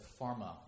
pharma